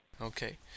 Okay